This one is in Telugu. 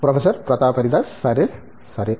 ప్రొఫెసర్ ప్రతాప్ హరిదాస్ సరే సరే